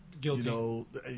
Guilty